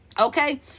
Okay